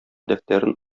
дәфтәрен